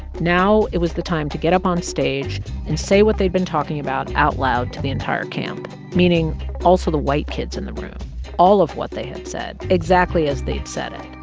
now it was the time to get up on stage and say what they'd been talking about out loud to the entire camp meaning also the white kids in the room all of what they had said, exactly as they'd said it.